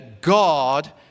God